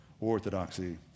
Orthodoxy